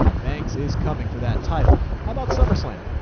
banks is coming for that title. how about summerslam?